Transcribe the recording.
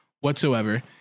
whatsoever